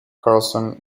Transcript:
carlson